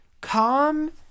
calm